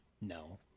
No